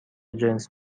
جنس